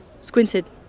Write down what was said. squinted